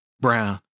Brown